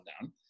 down